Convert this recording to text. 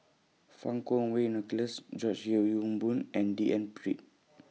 Fang Kuo Wei Nicholas George Yeo Yong Boon and D N Pritt